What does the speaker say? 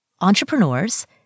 entrepreneurs